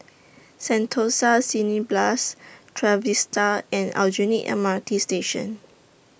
Sentosa Cineblast Trevista and Aljunied M R T Station